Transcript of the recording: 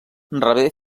rebé